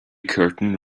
curtain